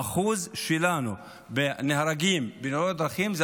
האחוז שלנו שנהרגים בתאונות דרכים זה